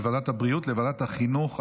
מוועדת הבריאות לוועדת החינוך,